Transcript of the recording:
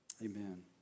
amen